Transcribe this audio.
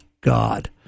God